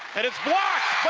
and it's blocked